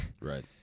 Right